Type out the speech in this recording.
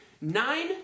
Nine